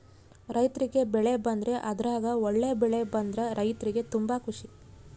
ರೈರ್ತಿಗೆ ಬೆಳೆ ಬಂದ್ರೆ ಅದ್ರಗ ಒಳ್ಳೆ ಬೆಳೆ ಬಂದ್ರ ರೈರ್ತಿಗೆ ತುಂಬಾ ಖುಷಿ